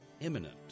imminent